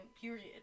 period